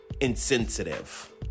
insensitive